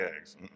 eggs